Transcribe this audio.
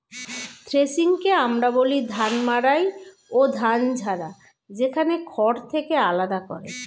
থ্রেশিংকে আমরা বলি ধান মাড়াই ও ধান ঝাড়া, যেখানে খড় থেকে আলাদা করে